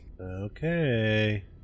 Okay